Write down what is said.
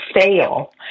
fail